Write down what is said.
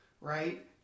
right